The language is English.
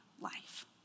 life